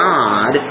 God